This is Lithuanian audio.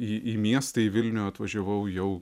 į miestą į vilnių atvažiavau jau